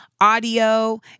audio